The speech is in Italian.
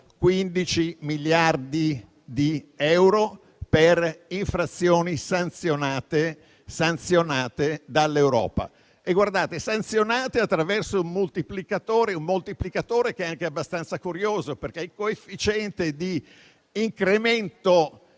1,15 miliardi di euro per infrazioni sanzionate dall'Europa, attraverso un moltiplicatore che è anche abbastanza curioso. Il coefficiente di incremento